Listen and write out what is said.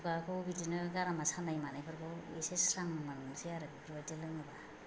खुगाखौ बिदिनो गारामा सानाय मानायफोरखौ एसे स्रां मोननोसै आरो बेबायदि लोंङोबा